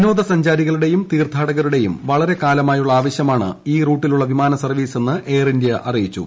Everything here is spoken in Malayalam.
വിനോദസഞ്ചാരികളുടെയും തീർത്ഥാടകരുടെയും വളരെ കാലമായുള്ള ആവശ്യമാണ് ഈ റൂട്ടിലുള്ള വിമാന സർവ്വീസെന്ന് എയർ ഇന്ത്യ അറിയിച്ചു